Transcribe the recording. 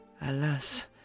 Alas